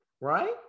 right